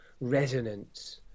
resonance